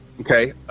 Okay